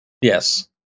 Yes